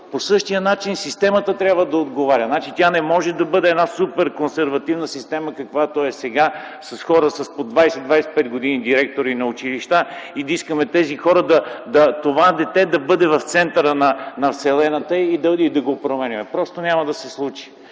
По същия начин системата трябва да отговаря. Тя не може да бъде една суперконсервативна система, каквато е сега – с хора по 20-25 години директори на училища, и да искаме тези хора, това дете да бъде в центъра на Вселената и да го променяме. Просто няма да се случи.